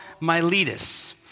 Miletus